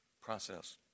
process